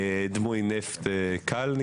דמוי נפט קל.